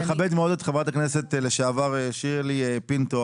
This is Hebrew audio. אני מכבד מאוד את חברת הכנסת לשעבר שירלי פינטו,